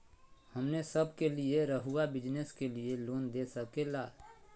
हमने सब के लिए रहुआ बिजनेस के लिए लोन दे सके ला?